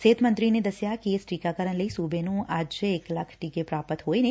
ਸਿਹਤ ਮੰਤਰੀ ਨੇ ਦਸਿਆ ਕਿ ਇਸ ਟੀਕਾਕਰਨ ਲਈ ਸੂਬੇ ਨੂੰ ਅੱਜ ਇਕ ਲੱਖ ਟੀਕੇ ਪ੍ਰਾਪਤ ਹੋਏ ਨੇ